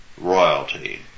royalty